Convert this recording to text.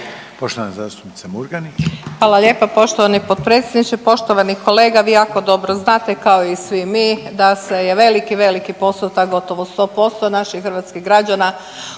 **Murganić, Nada (HDZ)** Hvala lijepa poštovani potpredsjedniče, poštovani kolega. Vi jako dobro znate kao i svi mi da se je veliki, veliki posao, ta gotovo 100% naših hrvatskih građana